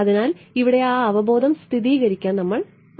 അതിനാൽ ഇവിടെ ആ അവബോധം സ്ഥിരീകരിക്കാൻ നമ്മൾ ആഗ്രഹിക്കുന്നു